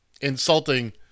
insulting